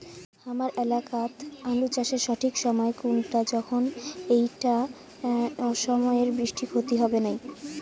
হামার এলাকাত আলু চাষের সঠিক সময় কুনটা যখন এইটা অসময়ের বৃষ্টিত ক্ষতি হবে নাই?